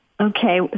Okay